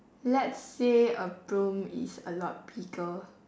let's say a broom is a lot bigger